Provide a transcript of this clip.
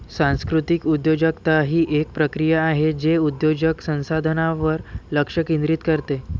सांस्कृतिक उद्योजकता ही एक प्रक्रिया आहे जे उद्योजक संसाधनांवर लक्ष केंद्रित करते